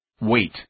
Wait